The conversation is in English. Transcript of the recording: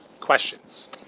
questions